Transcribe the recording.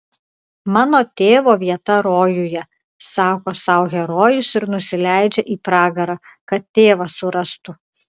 mano tėvo vieta rojuje sako sau herojus ir nusileidžia į pragarą kad tėvą surastų